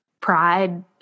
pride